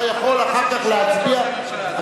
אתה יכול אחר כך להצביע, אני שואל את ראש הממשלה.